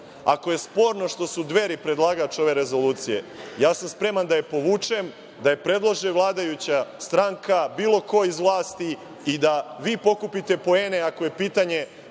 Ako je sporno što su „Dveri“ predlagač ove rezolucije, spreman sam da je povučem, da je predloži vladajuća stranka, bilo ko iz vlasti, i da vi pokupite poene, ako je pitanje